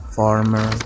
farmer